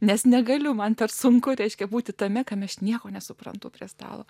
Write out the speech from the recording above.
nes negaliu man per sunku reiškia būti tame kame aš nieko nesuprantu prie stalo